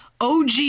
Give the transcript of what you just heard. OG